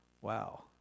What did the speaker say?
Wow